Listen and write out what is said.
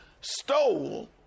stole